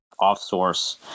offsource